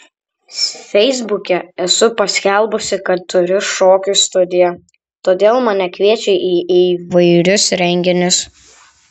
feisbuke esu paskelbusi kad turiu šokių studiją todėl mane kviečia į įvairius renginius